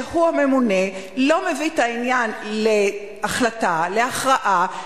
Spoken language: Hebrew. שהוא הממונה, לא מביא את העניין להחלטה, להכרעה?